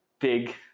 big